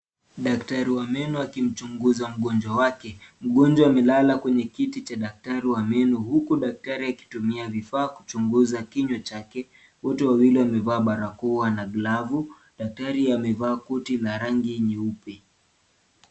Daktari wa meno akimchunguza mgonjwa wake mgonjwa amelala kwenye kiti cha daktari wa meno huku daktaria akitumia vifaa kuchunguza kinyua chake wote wawili wamevaa barakoa na glovu daktari amevaa koti la rangi ya nyeupe.